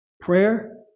prayer